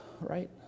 right